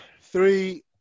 Three